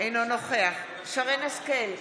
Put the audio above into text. אינו נוכח שרן מרים השכל,